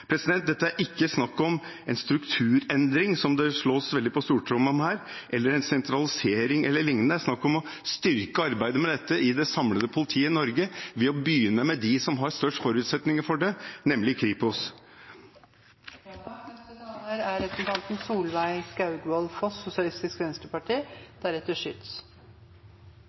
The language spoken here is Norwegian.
er ikke her snakk om en strukturendring, som det slås veldig på stortromma om her, en sentralisering e.l. Det er snakk om å styrke arbeidet med dette i det samlede politiet i Norge ved å begynne med dem som har størst forutsetninger for det, nemlig